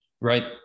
Right